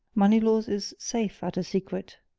moneylaws is safe at a secret,